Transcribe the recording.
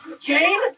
Jane